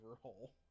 hole